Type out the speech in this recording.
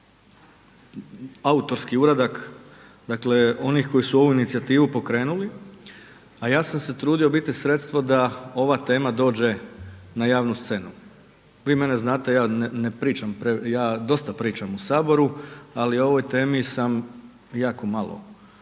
autorski uradak dakle onih koji su ovu inicijativu pokrenuli a ja sam se trudio biti sredstvo da ova tema dođe na javnu scenu. Vi mene znate, ja ne pričam, ja dosta pričam u Saboru ali o ovoj temi sam jako malo